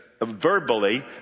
verbally